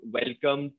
welcome